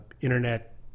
internet